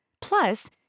Plus